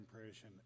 impression